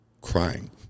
Crying